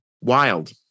wild